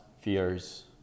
fears